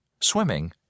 swimming